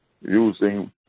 using